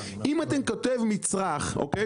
אם אתם כותב מצרך אוקיי?